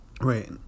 Right